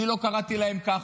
אני לא קראתי להם ככה.